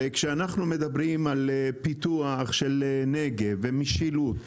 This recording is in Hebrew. וכשאנחנו מדברים על פיתוח של נגב ומשילות,